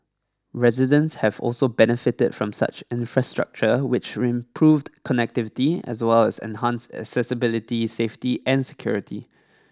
residents have also benefited from such infrastructure which improved connectivity as well as enhanced accessibility safety and security